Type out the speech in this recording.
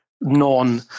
non